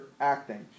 acting